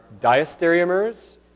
diastereomers